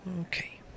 Okay